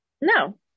No